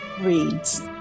reads